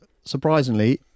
surprisingly